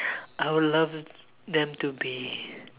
I would love them to be